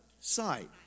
Sight